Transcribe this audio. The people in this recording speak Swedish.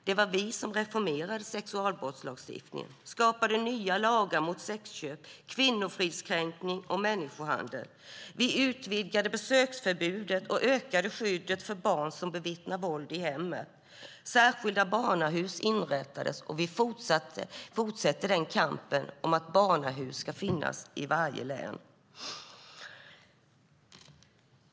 Det var vi som reformerade sexualbrottslagstiftningen och skapade nya lagar mot sexköp, kvinnofridskränkning och människohandel. Vi utvidgade besöksförbudet och ökade skyddet för barn som bevittnar våld i hemmet. Särskilda barnahus inrättades, och vi fortsätter kampen för att barnahus ska finnas i varje län.